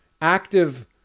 active